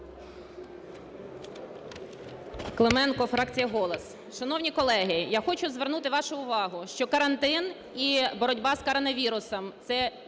Шановні колеги, я хочу звернути вашу увагу, що карантин і боротьба з коронавірусом – це медицина,